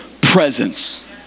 presence